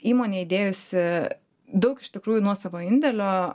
įmonė įdėjusi daug iš tikrųjų nuosavo indėlio